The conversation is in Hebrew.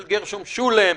של גרשום שולם,